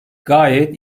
gayet